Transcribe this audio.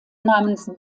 namens